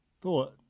Thought